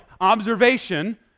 observation